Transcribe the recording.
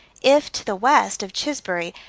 if, to the west of chisbury,